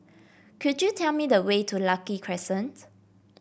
could you tell me the way to Lucky Crescent